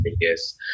Yes